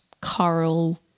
coral